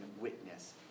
witness